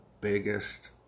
biggest